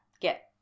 get